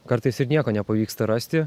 kartais ir nieko nepavyksta rasti